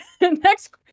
Next